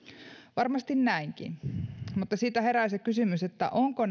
varmasti näinkin mutta siitä herää kysymys ovatko